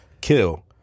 kill